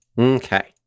Okay